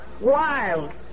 Wild